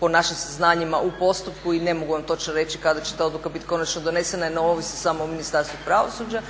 po našim saznanjima u postupku i ne mogu vam točno reći kada će ta odluka biti konačno donesena, jer ne ovisi samo o Ministarstvu pravosuđa.